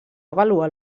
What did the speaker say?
avaluar